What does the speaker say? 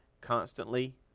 constantly